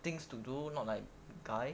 things to do not like guy